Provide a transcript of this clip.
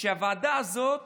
הוועדה הזאת